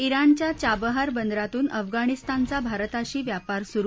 इराणच्या चाबहार बंदरातून अफगाणिस्तानचा भारताशी व्यापार सुरु